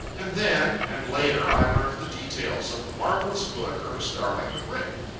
and then, and later, i learned the details of the marvellous book ernest darling had written.